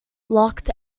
locked